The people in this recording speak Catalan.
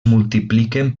multipliquen